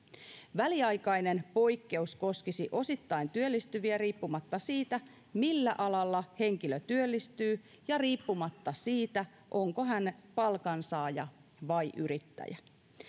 väliaikainen poikkeus koskisi osittain työllistyviä riippumatta siitä millä alalla henkilö työllistyy ja riippumatta siitä onko hän palkansaaja vai yrittäjä